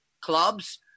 clubs